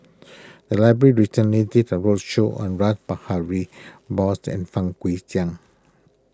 the library recently did a roadshow on Rash Behari Bose and Fang Guixiang